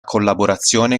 collaborazione